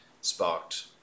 sparked